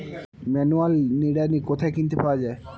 Manual নিড়ানি কোথায় কিনতে পাওয়া যায়?